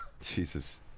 Jesus